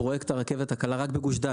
פרויקט הרכבת הקלה רק בגוש דן,